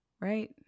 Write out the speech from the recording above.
Right